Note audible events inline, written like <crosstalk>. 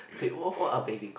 <noise> wha~ what for are baby called